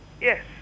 yes